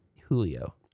Julio